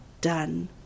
done